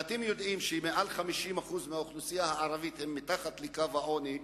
ואתם יודעים שמעל 50% מהאוכלוסייה הערבית הם מתחת לקו העוני,